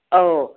औ